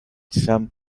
some